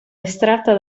estratta